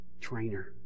trainer